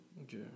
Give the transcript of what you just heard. Okay